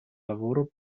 lavoro